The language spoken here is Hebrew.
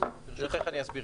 ברשותך, אני אסביר.